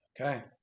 okay